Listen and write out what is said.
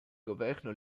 governo